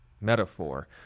metaphor